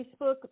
Facebook